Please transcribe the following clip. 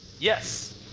Yes